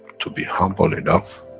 to be humble enough,